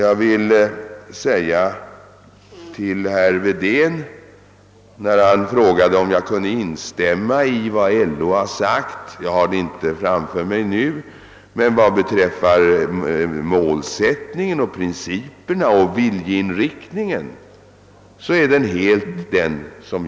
Herr Wedén frågade om jag kunde instämma i ett uttalande som gjorts av LO. Jag har det inte framför mig just nu, men jag vill säga att jag helt delar målsättningen, principerna och viljeinriktningen i det.